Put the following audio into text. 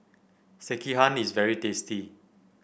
Sekihan is very tasty